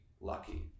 lucky